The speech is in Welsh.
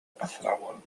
athrawon